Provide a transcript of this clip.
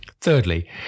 Thirdly